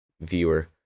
viewer